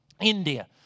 India